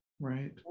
right